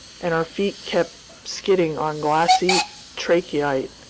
and our feet kept skidding on glassy trachyte,